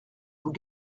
vous